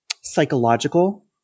psychological